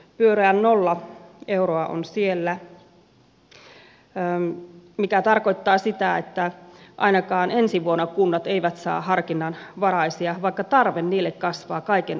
pyöreä nolla euroa on siellä mikä tarkoittaa sitä että ainakaan ensi vuonna kunnat eivät saa harkinnanvaraisia vaikka tarve niille kasvaa kaiken aikaa